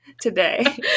today